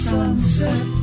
Sunset